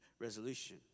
resolution